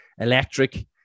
electric